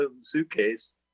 suitcase